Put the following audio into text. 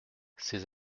ces